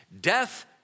death